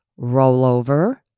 rollover